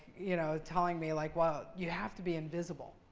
you know telling me like, well, you have to be invisible.